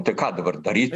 tai ką dabar daryt